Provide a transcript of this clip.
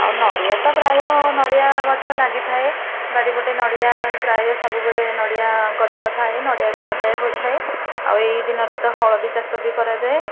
ଆଉ ନଡ଼ିଆ ତ ପ୍ରାୟ ନଡ଼ିଆ ଗଛ ଲାଗିଥାଏ ବାଡ଼ି ପଟେ ନଡ଼ିଆ ପ୍ରାୟ ସବୁବେଳେ ନଡ଼ିଆ ଗଛ ଥାଏ ନଡ଼ିଆ ବି ଆଦାୟ ହୋଇଥାଏ ଆଉ ଏଇ ଦିନରେ ତ ହଳଦୀ ଚାଷ ବି କରାଯାଏ